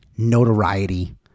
notoriety